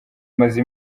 imaze